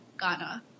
Ghana